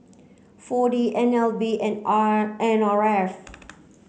four D N L B and R N R F